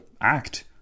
act